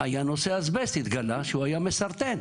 נושא האסבסט התגלה שהוא היה מסרטן,